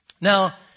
Now